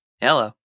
Hello